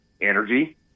energy